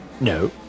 No